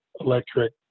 electric